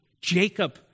Jacob